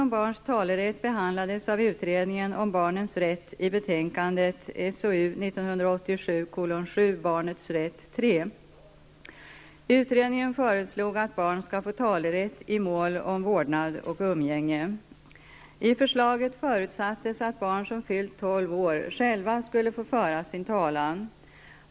1987:7) Barnets rätt 3. Utredningen föreslog att barn skall få talerätt i mål om vårdnad och umgänge. I förslaget förutsattes att barn som fyllt tolv år själva skulle få föra sin talan.